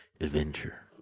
adventure